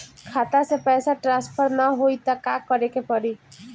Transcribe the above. खाता से पैसा ट्रासर्फर न होई त का करे के पड़ी?